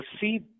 see